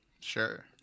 Sure